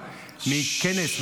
מכנס,